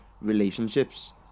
relationships